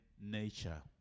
nature